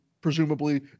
presumably